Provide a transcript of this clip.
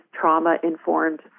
trauma-informed